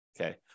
Okay